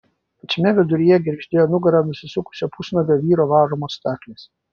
pačiame viduryje girgždėjo nugara nusisukusio pusnuogio vyro varomos staklės